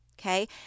Okay